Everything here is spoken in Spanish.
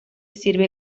sirve